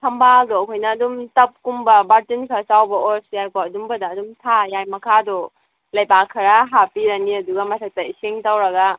ꯊꯝꯕꯥꯜꯗꯣ ꯑꯩꯈꯣꯏꯅ ꯑꯗꯨꯝ ꯇꯞ ꯀꯨꯝꯕ ꯕꯥꯜꯇꯤꯟ ꯈꯔ ꯆꯥꯎꯕ ꯑꯣꯏꯔꯁꯨ ꯌꯥꯏꯀꯣ ꯑꯗꯨꯝꯕꯗ ꯑꯗꯨꯝ ꯊꯥ ꯌꯥꯏ ꯃꯈꯥꯗꯣ ꯂꯩꯄꯥꯛ ꯈꯔ ꯍꯥꯞꯄꯤꯔꯅꯤ ꯑꯗꯨꯒ ꯃꯊꯛꯇ ꯏꯁꯤꯡ ꯇꯧꯔꯒ